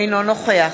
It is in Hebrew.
אינו נוכח